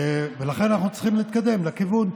לכן, אנחנו צריכים להתקדם לכיוון.